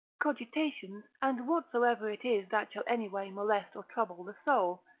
cogitations, and whatsoever it is that shall any way molest or trouble the soul,